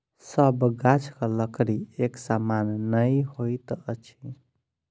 सभ गाछक लकड़ी एक समान नै होइत अछि